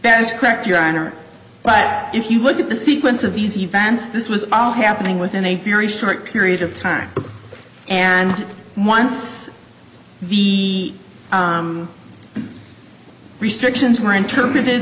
that is correct your honor but if you look at the sequence of these events this was all happening within a very short period of time and once the restrictions were interpreted